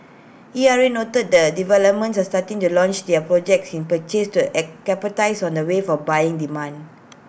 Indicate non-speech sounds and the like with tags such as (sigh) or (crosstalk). E R A noted that developments are starting to launch their projects in purchase to (hesitation) capitalise on the wave of buying demand